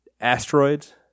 Asteroids